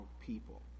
people